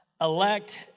Elect